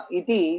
iti